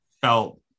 felt